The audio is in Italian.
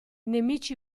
nemici